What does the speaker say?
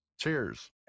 Cheers